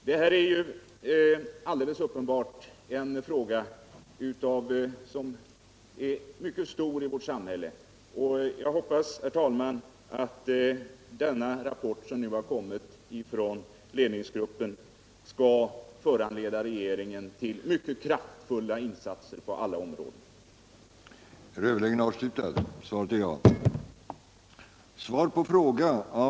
Detta är alldeles uppenbart en fråga som är av mycket stor vikt i vårt samhälle. Jag hoppas. herr talman, att den rapport som nu kommit från ledningsgruppen skall föranleda regeringen att göra mycket kraftfulla insatser på dessa områden. Om kommunikationsradio på fjärrtåg